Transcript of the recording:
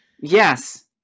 Yes